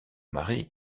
mari